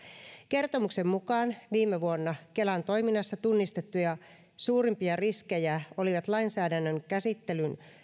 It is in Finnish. kertomuksen mukaan viime vuonna kelan toiminnassa tunnistettuja suurimpia riskejä olivat lainsäädännön käsittelyn